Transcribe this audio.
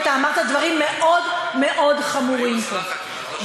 אמרת דברים חמורים מאוד מאוד פה.